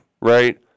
right